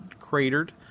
cratered